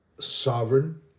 sovereign